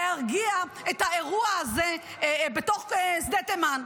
להרגיע את האירוע הזה בתוך שדה תימן.